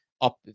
up